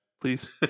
please